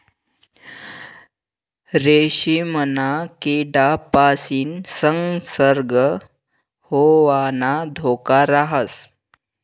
रेशीमना किडापासीन संसर्ग होवाना धोका राहस